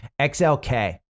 XLK